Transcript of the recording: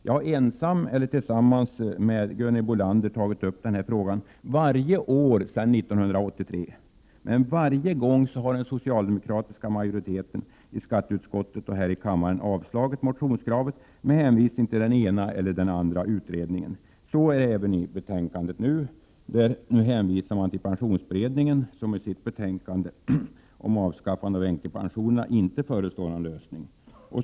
Jag har ensam eller tillsammans med Gunhild Bolander tagit upp frågan varje år sedan 1983, men varje gång har den socialdemokratiska majoriteten i skatteutskottet och här i kammaren avslagit motionskravet, med hänvisning till den ena eller andra utredningen. Så är det även i det betänkande som nu behandlas. Där hänvisas till pensionsberedningen, som i sitt betänkande om avskaffande av änkepensionerna inte föreslår någon lösning.